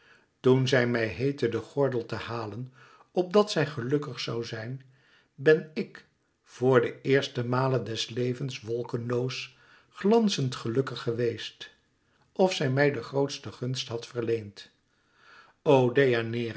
toen zij mij heette den gordel te halen opdat zij gelukkig zoû zijn ben ik voor de eerste male des levens wolkenloos glànzend gelukkig geweest of zij mij den grootsten gunst had verleend